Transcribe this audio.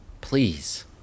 Please